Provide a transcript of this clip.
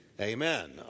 Amen